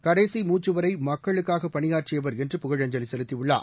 கடைசி மூச்சுவரை மக்களுக்காக பணியாற்றியவர் என்று புகழஞ்சலி செலுத்தியுள்ளார்